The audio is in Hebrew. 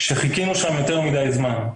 שחיכינו שם יותר מידי זמן,